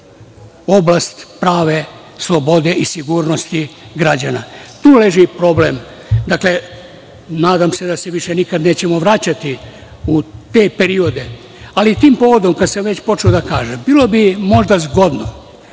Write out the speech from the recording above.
oblast prave slobode i sigurnosti građana. Tu leži problem. Dakle, nadam se da se nikada više nećemo vraćati u te periode. Ali, tim povodom, kada sam već počeo, da kažem, bilo bi možda zgodno